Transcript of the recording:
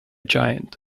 giant